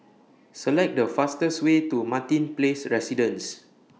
Select The fastest Way to Martin Place Residences